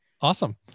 Awesome